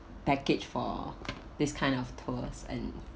package for this kind of tours and